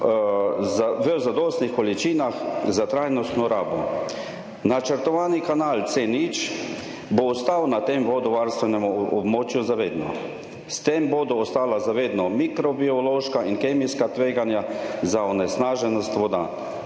v zadostnih količinah za trajnostno rabo. Načrtovani kanal C0 bo ostal na tem vodovarstvenem območju za vedno. S tem bodo ostala za vedno mikrobiološka in kemijska tveganja za onesnaženost voda,